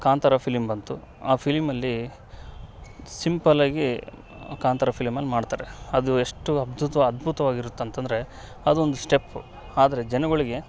Kantara film ಬಂತು ಆ ಫಿಲ್ಮಲ್ಲಿ ಸಿಂಪಲಾಗಿ ಕಾಂತಾರ ಫಿಲ್ಮ್ ಅಲ್ಲಿ ಮಾಡ್ತಾರೆ ಅದು ಎಷ್ಟು ಅದ್ಭುತ ಅದ್ಬುತವಾಗಿರುತ್ತೆ ಅಂತಂದರೆ ಅದೊಂದು ಸ್ಟೆಪ್ ಆದರೆ ಜನ್ಗಳಿಗೆ